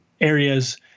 areas